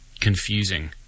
confusing